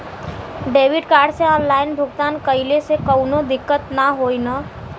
Debit card से online भुगतान कइले से काउनो दिक्कत ना होई न?